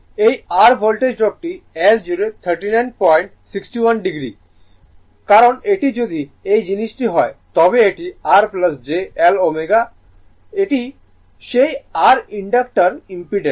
এই r voltage drop টি L জুড়ে 3961o হবে কারণ এটি যদি এই জিনিসটি হয় তবে এটি r j L ω এটি সেই r ইনডাক্টরের ইম্পিডেন্স